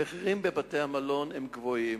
המחירים בבתי-המלון גבוהים.